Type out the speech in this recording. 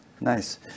Nice